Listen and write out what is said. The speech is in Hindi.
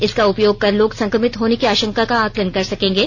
इसका उपयोग कर लोग संक्रमित होने की आशंका का आकलन कर सकेंगे